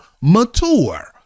mature